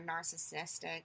narcissistic